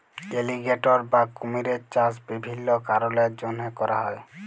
alligator বা কুমিরের চাষ বিভিল্ল্য কারলের জ্যনহে ক্যরা হ্যয়